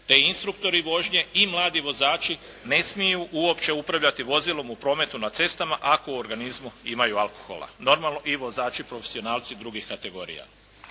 te instruktori vožnje i mladi vozači ne smiju uopće upravljati vozilom u prometu na cestama ako u organizmu imaju alkohola. Normalno i vozači profesionalci drugih kategorija.